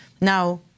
Now